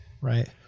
Right